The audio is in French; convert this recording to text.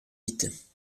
vite